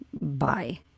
bye